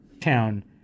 town